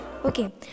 Okay